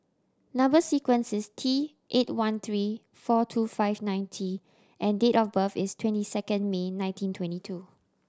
number sequence is T eight one three four two five nine T and date of birth is twenty second May nineteen twenty two